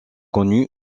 connu